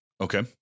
Okay